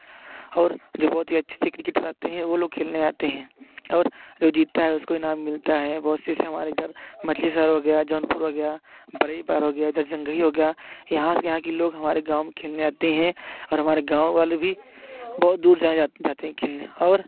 और जो बहुत ही अच्छे अच्छे क्रिकेटर आते हैं वे लोग खेलने आते हैं और जो जीतता है उसको इनाम मिलता है वह चीज़ हमारे इधर मछली शहर हो गया जौनपुर हो गया बड़ी पार हो गया इधर संघई हो गई हो यहाँ यहाँ की लोग हमारे गाँव में खेलने आते हैं और हमारे गाँव वाले भी बहुत दूर जाया जाते हैं खेलने और